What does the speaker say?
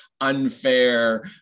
unfair